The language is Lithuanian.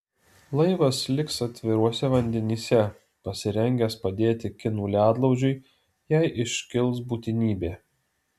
laivas liks atviruose vandenyse pasirengęs padėti kinų ledlaužiui jei iškils būtinybė